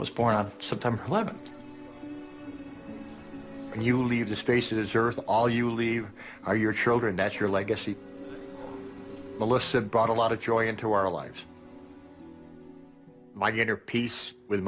was born on september eleventh and you leave this faces earth all you leave are your children that your legacy melissa brought a lot of joy into our lives my gaiter peace with